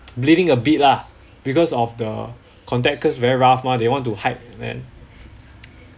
bleeding a bit lah because of the contact cause very rough mah they want to hide then